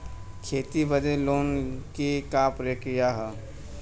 खेती बदे लोन के का प्रक्रिया ह?